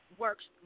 works